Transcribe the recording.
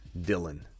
Dylan